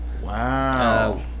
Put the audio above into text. Wow